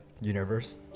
Universe